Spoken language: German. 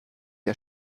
der